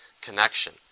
connection